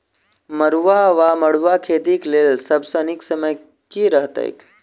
मरुआक वा मड़ुआ खेतीक लेल सब सऽ नीक समय केँ रहतैक?